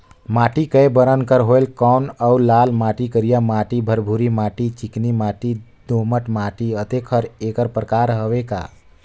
माटी कये बरन के होयल कौन अउ लाल माटी, करिया माटी, भुरभुरी माटी, चिकनी माटी, दोमट माटी, अतेक हर एकर प्रकार हवे का?